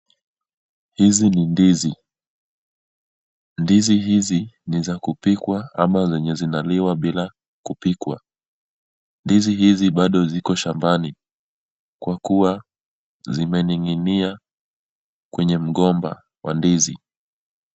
Hizi ni ndizi. Ndizi hizi ni za kupikwa ama zenye zinaliwa bila kupikwa. Ndizi hizi bado ziko shambani, kwa kuwa zimening'inia kwenye mgomba wa ndizi.